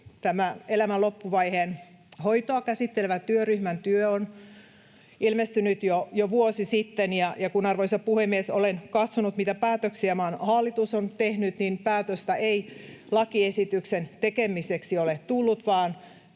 Tämä elämän loppuvaiheen hoitoa käsittelevän työryhmän työ on ilmestynyt jo vuosi sitten, ja kun, arvoisa puhemies, olen katsonut, mitä päätöksiä maan hallitus on tehnyt, niin päätöstä ei lakiesityksen tekemiseksi ole tullut, vaan